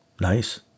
Nice